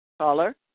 Caller